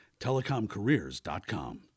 TelecomCareers.com